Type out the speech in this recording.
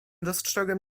dostrzegłem